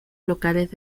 locales